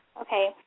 Okay